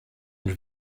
der